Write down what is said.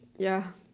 ya